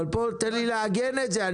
תן לי לעגן את זה,